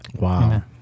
Wow